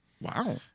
Wow